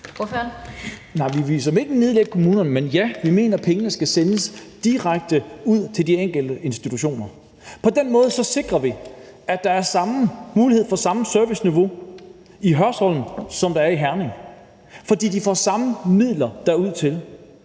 vi vil såmænd ikke nedlægge kommunerne, men ja, vi mener pengene skal sendes direkte ud til de enkelte institutioner. På den måde sikrer vi, at der er den samme mulighed for det samme serviceniveau i Hørsholm, som der er i Herning, fordi de får de samme midler derud.